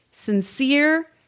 sincere